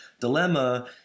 dilemma